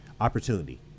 opportunity